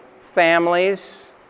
families